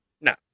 no